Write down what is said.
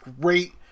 great